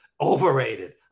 overrated